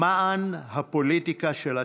למען הפוליטיקה של התקווה.